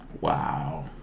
Wow